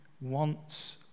wants